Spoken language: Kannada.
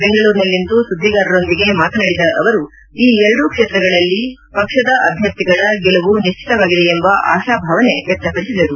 ಬೆಂಗಳೂರಿನಲ್ಲಿಂದು ಸುದ್ದಿಗಾರರೊಂದಿಗೆ ಮಾತನಾಡಿದ ಅವರು ಈ ಎರಡೂ ಕ್ಷೇತ್ರಗಳಲ್ಲಿ ಪಕ್ಷದ ಅಭ್ಯರ್ಥಿಗಳ ಗೆಲುವು ನಿಶ್ಚಿತವಾಗಿದೆ ಎಂಬ ಆಶಾಭಾವನೆ ವ್ಯಕ್ತಪಡಿಸಿದರು